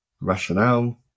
rationale